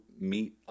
meet